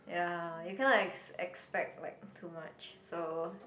ya you cannot ex~ expect like too much so